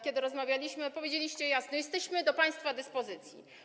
Kiedy rozmawialiśmy, powiedzieliście jasno: jesteśmy do państwa dyspozycji.